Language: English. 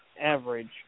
average